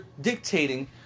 dictating